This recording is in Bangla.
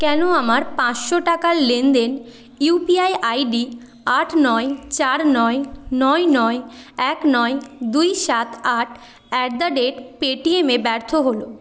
কেন আমার পাঁচশো টাকার লেনদেন ইউপিআই আইডি আট নয় চার নয় নয় নয় এক নয় দুই সাত আট অ্যাট দা রেট পেটিএমে ব্যর্থ হলো